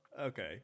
Okay